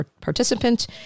participant